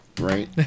Right